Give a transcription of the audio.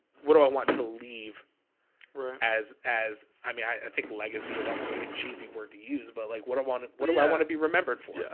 what do i want to leave as as i mean, i think legacy is almost like a cheesy word to use but like what i wanted what do i want to be remembered for? yeah